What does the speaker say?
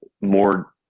more